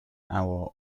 hour